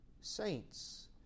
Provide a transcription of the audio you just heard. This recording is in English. saints